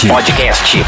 Podcast